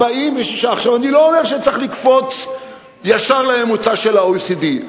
46. אני לא אומר שצריך לקפוץ ישר לממוצע של ה-OECD,